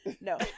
No